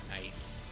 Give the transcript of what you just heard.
Nice